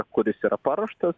kuris yra paruoštas